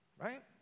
Right